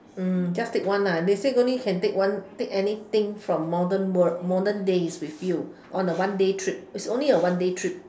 mm just take one ah they say only can take one take anything from modern world modern days with you on a one day trip it's only a one day trip